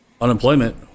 unemployment